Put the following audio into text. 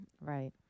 right